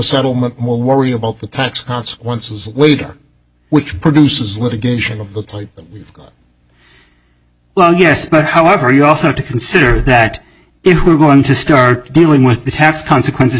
settlement more worry about the tax consequences later which produces litigation of the type of well yes but however you also have to consider that if we're going to start dealing with the tax consequences